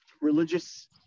religious